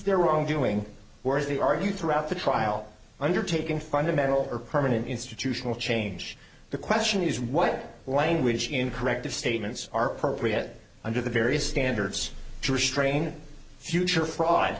their wrongdoing whereas the argued throughout the trial undertaken fundamental or permanent institutional change the question is what language in corrective statements are appropriate under the various standards to restrain future fraud